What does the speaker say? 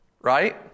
Right